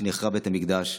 שבו נחרב בית המקדש.